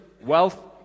wealth